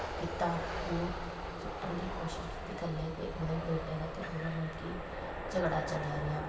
ਕੀਤਾ ਉਹਨੂੰ ਸੁੱਟਣ ਦੀ ਕੋਸ਼ਿਸ਼ ਕੀਤੀ ਥੱਲੇ ਅਤੇ ਉਹਦੇ ਬੇਟੇ ਦਾ ਅਤੇ ਉਹਦਾ ਮਲ ਕਿ ਝਗੜਾ ਚੱਲਿਆ ਰਿਹਾ